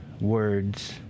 words